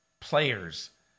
players